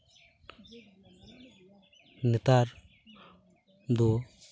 ᱱᱮᱛᱟᱨ ᱫᱚ